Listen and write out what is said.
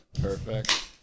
Perfect